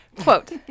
Quote